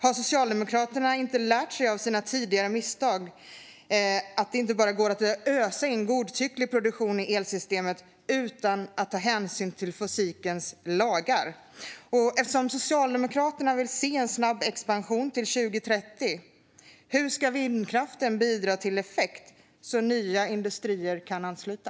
Har Socialdemokraterna inte lärt sig av sina tidigare misstag, att det inte bara går att ösa in godtycklig produktion i elsystemet utan att ta hänsyn till fysikens lagar? Eftersom Socialdemokraterna vill se en snabb expansion till 2030 undrar jag hur vindkraften ska bidra till effekt så att nya industrier kan ansluta.